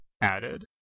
added